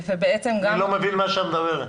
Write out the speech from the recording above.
ובעצם גם --- אני לא מבין מה שאת מדברת,